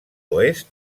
oest